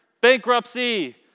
bankruptcy